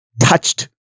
touched